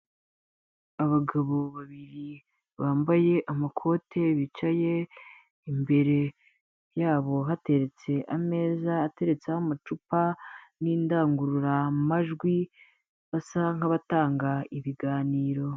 Abagabo babiri bambaye amakote bicaye, imbere yabo hateretse ameza, ateretseho amacupa n'indangururamajwi, basa nk'abatanga ibiganiro.